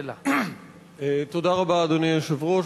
תודה רבה, אדוני היושב-ראש.